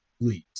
please